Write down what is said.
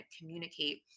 communicate